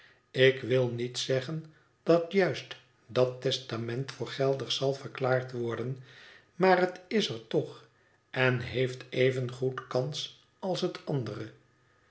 ik wil niet zeggen dat juist dat testament voor geldig zal verklaard worden maar het is er toch en heeft evengoed kans als het andere